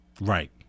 right